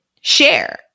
share